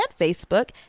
Facebook